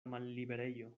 malliberejo